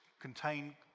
contain